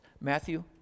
Matthew